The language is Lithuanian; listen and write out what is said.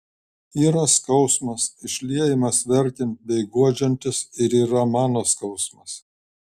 yra skausmas išliejamas verkiant bei guodžiantis ir yra mano skausmas